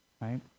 right